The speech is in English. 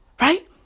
right